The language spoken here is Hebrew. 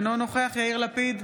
אינו נוכח יאיר לפיד,